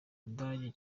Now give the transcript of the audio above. budage